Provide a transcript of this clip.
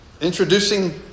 introducing